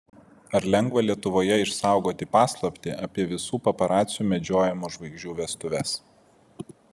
ar lengva lietuvoje išsaugoti paslaptį apie visų paparacių medžiojamų žvaigždžių vestuves